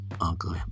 Uncle